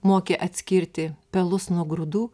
moki atskirti pelus nuo grūdų